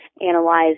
analyze